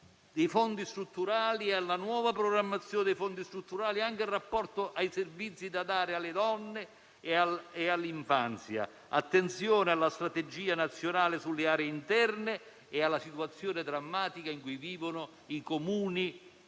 dei fondi strutturali e alla nuova programmazione degli stessi, anche in rapporto ai servizi da dare alle donne e all'infanzia. Attenzione alla strategia nazionale sulle aree interne e alla situazione drammatica in cui vivono i Comuni